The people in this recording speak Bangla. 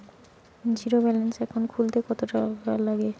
জীরো ব্যালান্স একাউন্ট খুলতে কত টাকা লাগে?